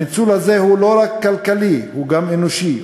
הניצול הזה הוא לא רק כלכלי, הוא גם אנושי.